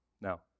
Now